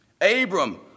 Abram